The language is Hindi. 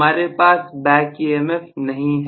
हमारे पास बैक ईएमएफ नहीं है